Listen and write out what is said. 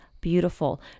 beautiful